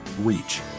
reach